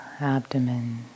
abdomen